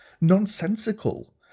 nonsensical